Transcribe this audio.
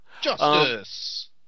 Justice